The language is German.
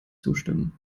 zustimmen